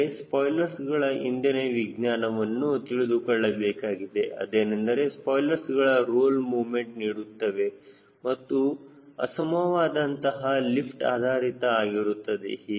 ಆದರೆ ಸ್ಪಾಯ್ಲರ್ಸ್ಗಳ ಇಂದಿನ ವಿಜ್ಞಾನವನ್ನು ತಿಳಿದುಕೊಳ್ಳಬೇಕಾಗಿದೆ ಅದೇನೆಂದರೆ ಸ್ಪಾಯ್ಲರ್ಸ್ಗಳ ರೋಲ್ ಮೊಮೆಂಟ್ ನೀಡುತ್ತವೆ ಅದು ಅಸಮವಾದಂತಹ ಲಿಫ್ಟ್ಆಧಾರಿತ ಆಗಿರುತ್ತದೆ